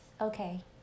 Okay